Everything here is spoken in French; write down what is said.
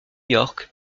york